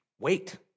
Wait